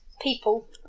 people